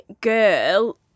girl